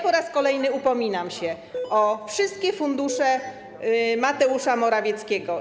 Po raz kolejny upominam się o wykaz wszystkich funduszy Mateusza Morawieckiego.